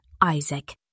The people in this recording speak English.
Isaac